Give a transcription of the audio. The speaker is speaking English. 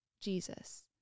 Jesus